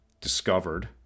discovered